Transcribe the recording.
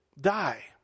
die